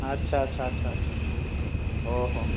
ଆଛା ଆଛା ଆଛା ଆଛା ଓହଃ